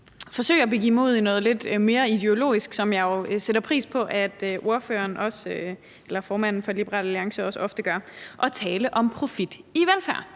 forsøge at begive mig ud i noget lidt mere ideologisk, som jeg jo sætter pris på at formanden for Liberal Alliance også ofte gør, og tale om profit på velfærd.